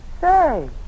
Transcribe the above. say